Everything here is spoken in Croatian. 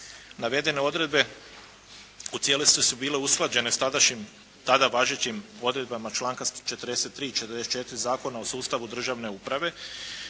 Navedene odredbe u cijelosti su bile usklađene s tada važećim odredbama članka 43. i 44. Zakona o sustavu državne uprave